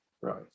Right